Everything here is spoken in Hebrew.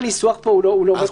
הניסוח פה אולי לא מכובד.